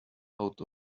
out